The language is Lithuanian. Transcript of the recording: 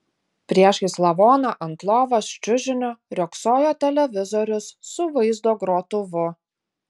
priešais lavoną ant lovos čiužinio riogsojo televizorius su vaizdo grotuvu